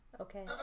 Okay